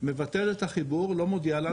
מבטל את החיבור ,לא מודיע לנו.